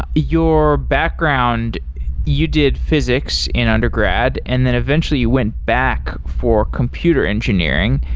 your background you did physics in undergrad and then eventually you went back for computer engineering.